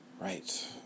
right